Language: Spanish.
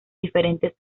diferentes